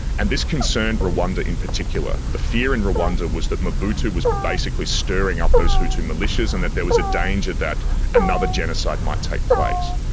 and this concerned rwanda in particular. the fear in rwanda was that mobutu was basically stirring up those hutu militias and that there was a danger that another genocide might take place.